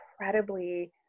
incredibly